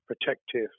protective